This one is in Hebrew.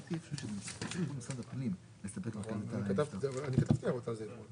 אני מעביר 4 מיליון שקלים כדי לשקם היאחזות ישנה בעין גדי.